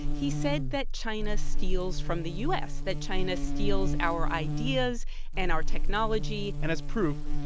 he said that china steals from the u s. that china steals our ideas and our technology and as proof,